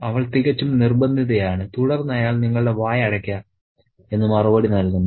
അവൾ തികച്ചും നിർബന്ധിതയാണ് തുടർന്ന് അയാൾ നിങ്ങളുടെ വായ അടയ്ക്കുക എന്ന് മറുപടി നൽകുന്നു